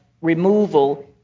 removal